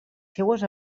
seues